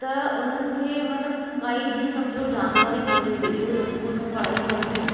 त उन्हनि खे मतिलबु काई बि सम्झो जानकारी खपे जेके उहे स्कूल में पढ़ाई कनि थियूं